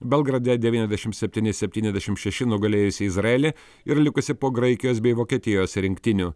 belgrade devyniasdešimt septyni septyniasdešimt šeši nugalėjusi izraelį ir likusi po graikijos bei vokietijos rinktinių